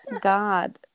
God